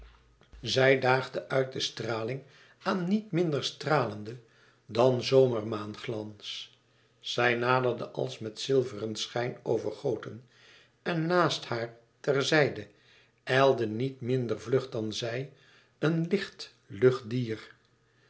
zij daagde uit de straling aan niet minder stralende dan zomermaanglans zij naderde als met zilveren schijn overgoten en naast haar ter zijde ijlde niet minder vlug dan zij een licht lucht dier